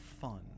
fun